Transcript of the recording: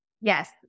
Yes